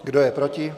Kdo je proti?